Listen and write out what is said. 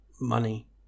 money